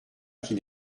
qu’il